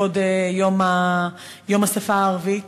לכבוד יום השפה הערבית.